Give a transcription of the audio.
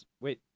Wait